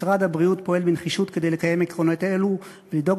משרד הבריאות פועל בנחישות כדי לקדם עקרונות אלו ולדאוג